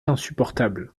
insupportable